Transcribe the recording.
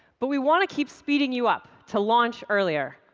but we want to keep speeding you up to launch earlier.